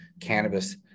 cannabis